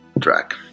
track